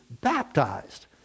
baptized